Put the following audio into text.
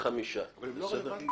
כלכלה לא רלוונטיים